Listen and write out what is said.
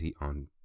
on